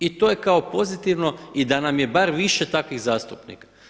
I to je kao pozitivno i da nam je bar više takvih zastupnika.